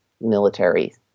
military